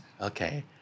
Okay